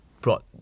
brought